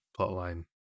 plotline